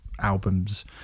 albums